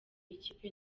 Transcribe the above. ikipe